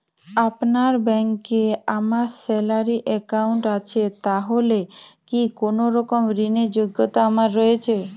আপনার ব্যাংকে আমার স্যালারি অ্যাকাউন্ট আছে তাহলে কি কোনরকম ঋণ র যোগ্যতা আমার রয়েছে?